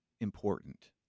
important